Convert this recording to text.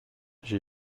j’ai